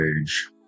age